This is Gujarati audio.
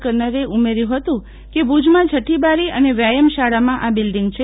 કન્નરે ઉમેર્થું હતું કે ભુજમાં છઠ્ઠીબારી અને વ્યાયામ શાળામાં બિલ્ડિંગ છે